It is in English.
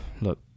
look